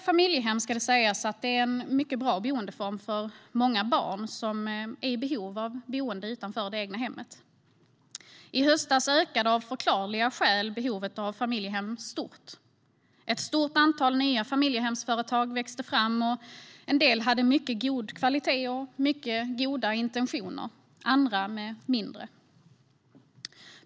Familjehem är en mycket bra boendeform för många barn som är i behov av boende utanför det egna hemmet. I höstas ökade av förklarliga skäl behovet av familjehem stort. Ett stort antal nya familjehemsföretag växte fram. En del hade mycket god kvalitet och mycket goda intentioner, andra mindre.